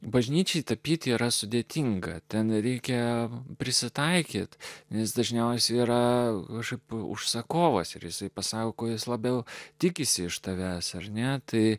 bažnyčiai tapyti yra sudėtinga ten reikia prisitaikyti nes dažniausiai yra šiaip užsakovas ir jisai pasako jis labiau tikisi iš tavęs ar net